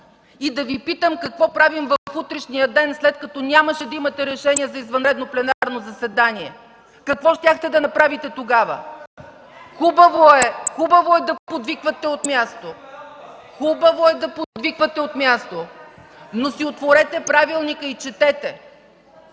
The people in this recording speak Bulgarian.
и да Ви питам какво правим в утрешния ден, след като нямаше да имате решение за извънредно пленарно заседание? Какво щяхте да направите тогава? (Шум и реплики от КБ.) Хубаво е да подвиквате от място, но си отворете правилника и четете.